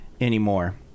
anymore